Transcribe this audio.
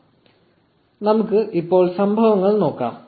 1117 നമുക്ക് ഇപ്പോൾ സംഭവങ്ങൾ നോക്കാം